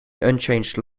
unchanged